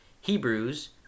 Hebrews